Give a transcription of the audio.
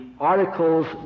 articles